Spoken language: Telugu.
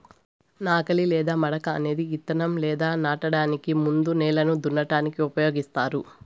నాగలి లేదా మడక అనేది ఇత్తనం లేదా నాటడానికి ముందు నేలను దున్నటానికి ఉపయోగిస్తారు